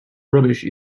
rubbish